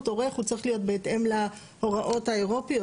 עורך הוא צריך להיות בהתאם להוראות האירופיות?